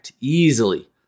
easily